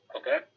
okay